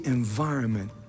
environment